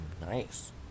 Nice